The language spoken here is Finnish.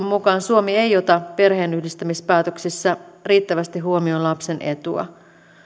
mukaan suomi ei ota perheenyhdistämispäätöksissä riittävästi huomioon lapsen etua